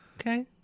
okay